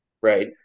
right